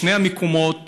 בשני המקומות